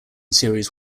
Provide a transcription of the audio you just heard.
series